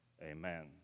Amen